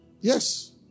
Yes